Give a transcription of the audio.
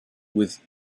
with